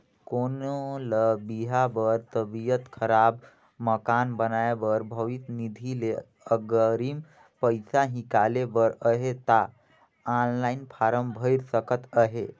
कोनो ल बिहा बर, तबियत खराब, मकान बनाए बर भविस निधि ले अगरिम पइसा हिंकाले बर अहे ता ऑनलाईन फारम भइर सकत अहे